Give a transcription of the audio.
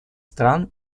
стран